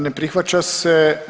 Ne prihvaća se.